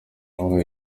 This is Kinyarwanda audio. aho